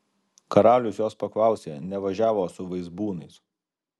karalius jos paklausė nevažiavo su vaizbūnais